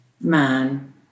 man